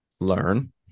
learn